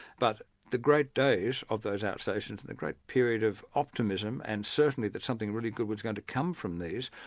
but the great days of those outstations and the great period of optimism and certainly that something really good was going to come from these,